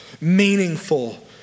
meaningful